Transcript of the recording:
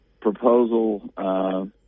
proposal